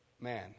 man